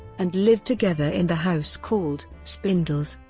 and lived together in the house called spindles.